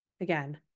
again